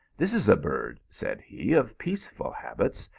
this is a bird, said he, of peaceful habits,